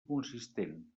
consistent